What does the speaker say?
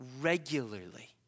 regularly